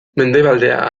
mendebaldea